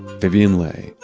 vivian le,